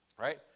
right